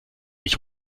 ich